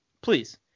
please